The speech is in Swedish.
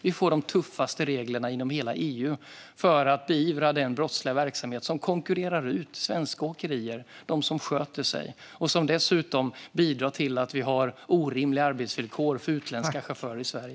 Vi får de tuffaste reglerna inom hela EU för att beivra den brottsliga verksamhet som konkurrerar ut svenska åkerier - de som sköter sig - och som dessutom bidrar till att vi har orimliga arbetsvillkor för utländska chaufförer i Sverige.